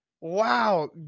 Wow